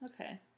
Okay